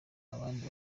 abandi